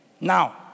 Now